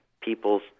people's